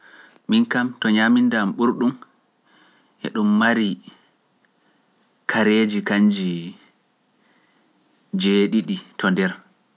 Min kam to ñamindam ɓurɗum e ɗum mari kareeji kanji jeeɗiɗi to nder(seven).